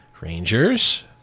Rangers